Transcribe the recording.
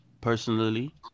personally